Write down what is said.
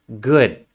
good